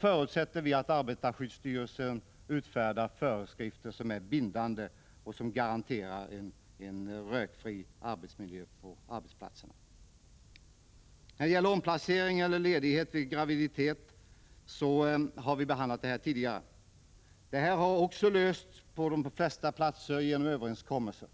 förutsätter vi att arbetarskyddsstyrelsen utfärdar föreskrifter som är bindande och som garanterar en rökfri miljö på arbetsplatserna. Omplacering eller ledighet vid graviditet är en fråga som vi har behandlat tidigare. Den har också lösts på de flesta arbetsplatser genom överenskommelser.